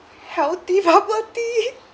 healthy bubble tea